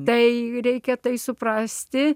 tai reikia tai suprasti